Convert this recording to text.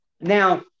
Now